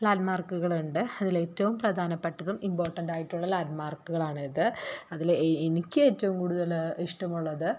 land മാർക്കുകളുണ്ട് അതിലേറ്റവും പ്രധാനപ്പെട്ടതും ഇംപോർട്ടൻറ്റായിട്ടുള്ള ലാൻഡ് മാർക്കുകളാണിത് അതിൽ എനിക്ക് ഏറ്റവും കൂടുതൽ ഇഷ്ടമുള്ളത്